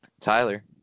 Tyler